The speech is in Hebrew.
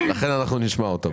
לכן אנחנו נשמע אותו.